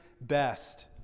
best